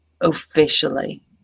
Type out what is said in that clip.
Officially